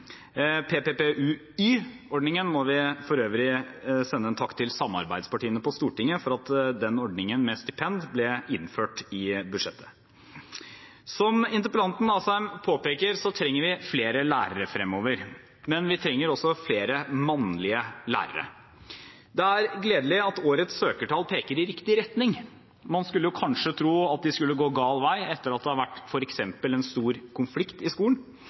må vi for øvrig sende en takk til samarbeidspartiene på Stortinget for at den ordningen med stipend ble tatt inn i budsjettet. Som interpellanten Asheim påpeker, trenger vi flere lærere fremover, men vi trenger flere mannlige lærere. Det er gledelig at årets søkertall peker i riktig retning. Man skulle kanskje tro at det skulle gå gal vei etter at det f.eks. har vært en stor konflikt i skolen,